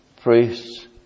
priests